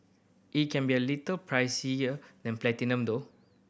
it can be a little pricier than Platinum though